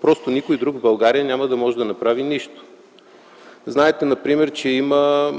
просто никой друг в България няма да може да направи нищо. Знаете например, че има